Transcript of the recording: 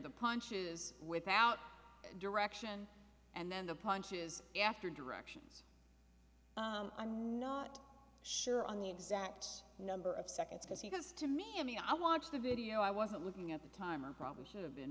the punches without direction and then the punches after directions i'm not sure on the exact number of seconds because he has to me i watched the video i wasn't looking at the time or probably should have been